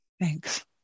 thanks